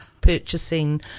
purchasing